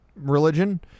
religion